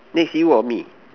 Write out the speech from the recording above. next you or me